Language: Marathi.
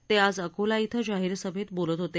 ते आज अकोला इथं जाहीर सभेत बोलत होते